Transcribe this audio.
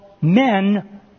men